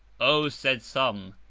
o, said some,